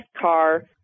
car